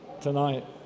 tonight